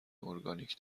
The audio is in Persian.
اورگانیک